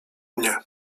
mnie